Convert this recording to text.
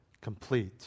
complete